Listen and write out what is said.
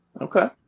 Okay